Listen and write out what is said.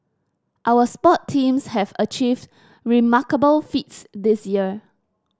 our sports teams have achieved remarkable feats this year